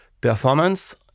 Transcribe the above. performance